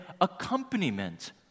accompaniment